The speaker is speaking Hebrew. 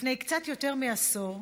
לפני קצת יותר מעשור,